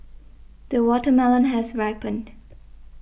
the watermelon has ripened